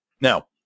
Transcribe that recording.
Now